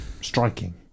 Striking